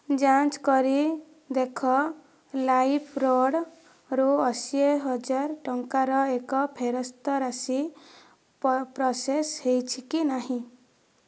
ଯାଞ୍ଚ କରି ଦେଖ ଲାଇଫ୍ରୋଡ଼୍ରୁ ଅଶୀ ହଜାର ଟଙ୍କାର ଏକ ଫେରସ୍ତ ରାଶି ପ୍ରୋସେସ୍ ହୋଇଛି କି ନାହିଁ